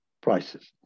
prices